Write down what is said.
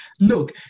Look